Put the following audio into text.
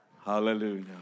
Hallelujah